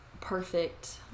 perfect